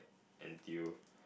and you